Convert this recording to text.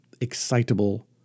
excitable